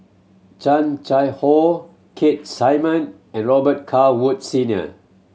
Chan Chang How Keith Simmon and Robet Carr Woods Senior